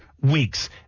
weeks